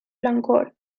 blancor